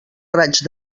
raig